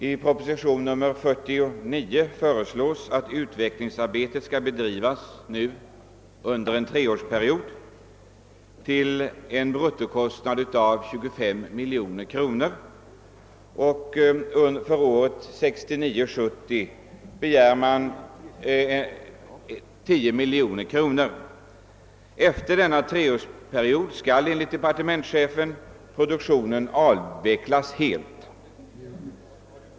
I propositionen nr 49 föreslås att utvecklingsarbetet skall bedrivas under en treårsperiod till en bruttokostnad av 25 miljoner kronor och för budgetåret 1969/70 begärs 10 miljoner kronor. Enligt departementschefen skall produktionen avvecklas helt efter denna treårsperiod.